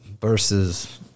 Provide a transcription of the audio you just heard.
versus